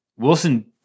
Wilson